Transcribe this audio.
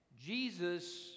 Jesus